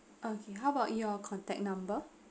okay how about your contact number